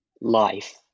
life